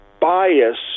bias